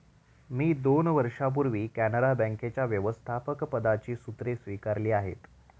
मी दोन वर्षांपूर्वी कॅनरा बँकेच्या व्यवस्थापकपदाची सूत्रे स्वीकारली आहेत